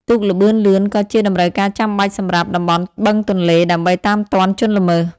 ទូកល្បឿនលឿនក៏ជាតម្រូវការចាំបាច់សម្រាប់តំបន់បឹងទន្លេ ដើម្បីតាមទាន់ជនល្មើស។